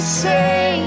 say